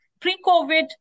Pre-COVID